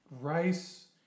rice